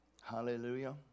Hallelujah